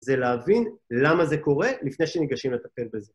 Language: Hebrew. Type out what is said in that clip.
זה להבין למה זה קורה לפני שניגשים לטפל בזה.